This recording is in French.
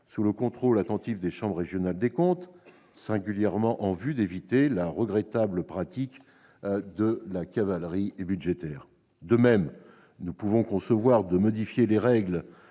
sous le contrôle attentif des chambres régionales des comptes, singulièrement en vue d'éviter la regrettable pratique de la cavalerie budgétaire. De même, nous pouvons concevoir de modifier les règles,